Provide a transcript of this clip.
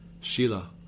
Shila